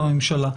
הממשלה.